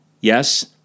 Yes